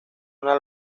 una